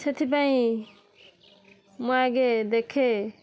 ସେଥିପାଇଁ ମୁଁ ଆଗେ ଦେଖେ